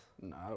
No